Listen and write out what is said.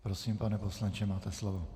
Prosím, pane poslanče, máte slovo.